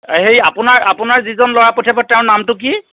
সেই আপোনাৰ আপোনাৰ যিজন ল'ৰা পঠিয়াব তেওঁৰ নামটো কি